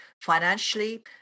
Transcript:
financially